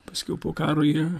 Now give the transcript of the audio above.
paskiau po karo jie